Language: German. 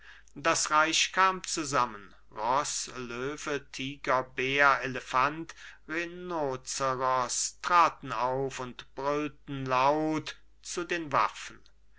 das reich kam zusammen roß löwe tiger bär elefant und rhinozeros traten auf und brüllten laut zu den waffen